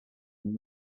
and